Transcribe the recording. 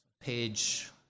page